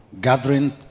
gathering